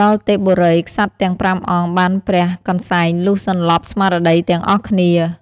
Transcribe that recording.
ដល់ទេពបុរី ក្សត្រទាំង ៥ អង្គបានព្រះកន្សែងលុះសន្លប់ស្មារតីទាំងអស់គ្នា។